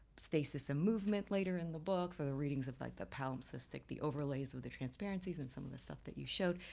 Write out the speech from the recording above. stasis and movement later in the book, for the readings of like the pound cystic, the overlays of the transparencies, and some of the stuff that you showed.